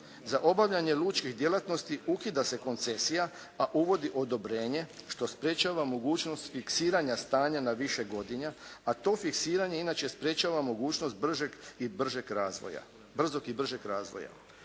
Za obavljanje lučkih djelatnosti ukida se koncesija, a uvodi odobrenje što sprečava mogućnost fiksiranja stanja na više godina, a to fiksiranje inače sprečava mogućnost brzog i bržeg razvoja.